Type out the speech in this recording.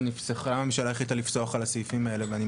הממשלה החליטה לפסוח על הסעיפים האלה.